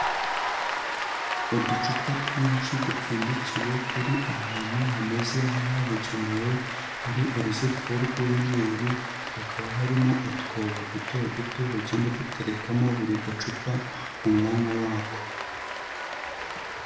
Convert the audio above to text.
Uducupa twinshi dupfundikiye, turi ahantu hameze nk'ahabugenewe, hari uruzitiro rw'umweru, hakaba harimo utwobo duto duto bagenda baterekamo buri gacupa, mu mwanya wako.